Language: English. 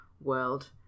world